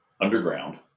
underground